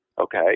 Okay